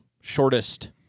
shortest